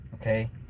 okay